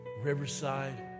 Riverside